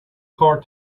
car